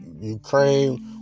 Ukraine